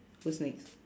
who's next